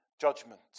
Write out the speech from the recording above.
judgment